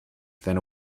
then